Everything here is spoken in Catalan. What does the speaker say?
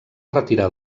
retirar